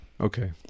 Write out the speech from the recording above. Okay